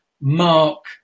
mark